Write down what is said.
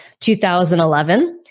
2011